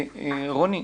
רוני,